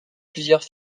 plusieurs